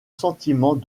sentiment